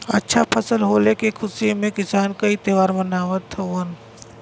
अच्छा फसल होले के खुशी में किसान कई त्यौहार मनावत हउवन